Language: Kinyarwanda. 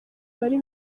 bari